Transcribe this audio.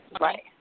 right